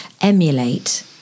emulate